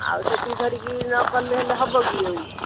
ଆଉ ସେତିକି ଧରିକି କଲେ ହବ କି ଆଉ